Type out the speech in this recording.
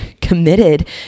committed